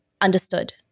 understood